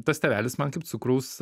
tas tėvelis man kaip cukraus